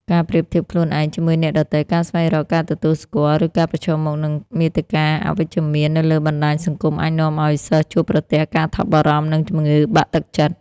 ការប្រៀបធៀបខ្លួនឯងជាមួយអ្នកដទៃ ការស្វែងរកការទទួលស្គាល់ ឬការប្រឈមមុខនឹងមាតិកាអវិជ្ជមាននៅលើបណ្ដាញសង្គមអាចនាំឱ្យសិស្សជួបប្រទះ ការថប់បារម្ភ និង ជំងឺបាក់ទឹកចិត្ត។